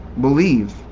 believe